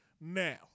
Now